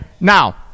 now